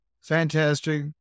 fantastic